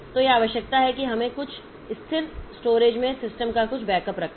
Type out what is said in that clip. तो यह आवश्यकता है कि हमें कुछ स्थिर स्टोरेज में सिस्टम का कुछ बैकअप रखे